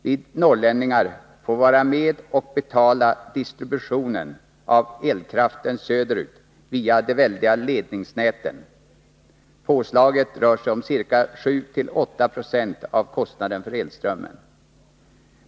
Vi norrlänningar får vara med och betala distributionen av elkraften söderut via de väldiga ledningsnäten; påslaget rör sig om 7-8 70 av kostnaden för elströmmen.